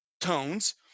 tones